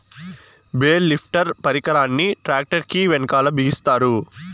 bale lifter పరికరాన్ని tractor కీ వెనకాల బిగిస్తారు